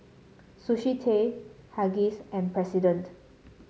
Sushi Tei Huggies and President